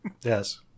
Yes